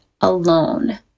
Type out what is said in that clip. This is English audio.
alone